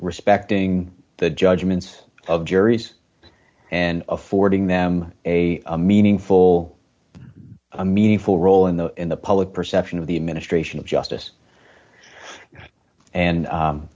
respecting the judgments of juries and affording them a meaningful a meaningful role in the in the public perception of the administration of justice and